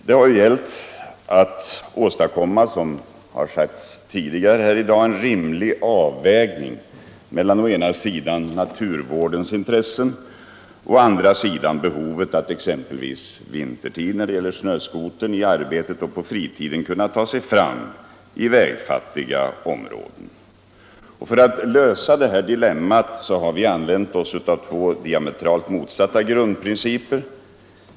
Det har, som sagts tidigare här i dag, gällt att åstadkomma en rimlig avvägning mellan å ena sidan naturvårdens intressen och å andra sidan behovet att exempelvis vintertid när det gäller snöskotern i arbetet och på fritiden kunna ta sig fram i vägfattiga områden. För att lösa detta dilemma har vi använt två diametralt motsatta grundprinciper.